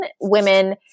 women